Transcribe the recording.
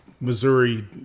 Missouri